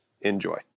enjoy